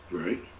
right